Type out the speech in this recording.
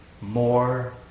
more